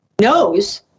knows